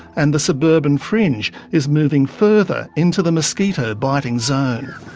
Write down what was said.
and the suburban fringe is moving further into the mosquito biting zone.